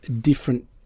different